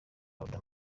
abafite